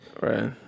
Right